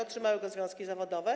Otrzymały go związki zawodowe.